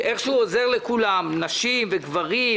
איך שהוא עוזר לכולם: נשים וגברים,